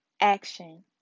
action